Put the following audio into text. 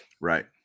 Right